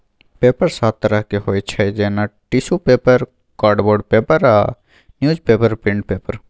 paper सात तरहक होइ छै जेना टिसु पेपर, कार्डबोर्ड पेपर आ न्युजपेपर प्रिंट पेपर